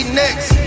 next